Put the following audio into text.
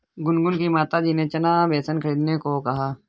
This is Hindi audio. गुनगुन की माताजी ने चना बेसन खरीदने को कहा